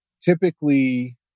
typically